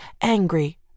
angry